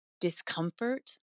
discomfort